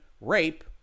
rape